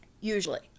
Usually